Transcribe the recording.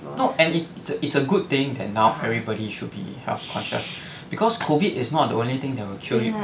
no and it's a it's a good thing that now everybody should be health cautious because COVID is not the only thing that will kill you lah